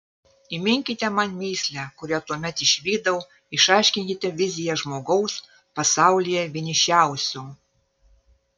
įminkite man mįslę kurią tuomet išvydau išaiškinkite viziją žmogaus pasaulyje vienišiausio